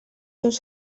seus